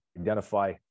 identify